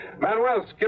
Manuel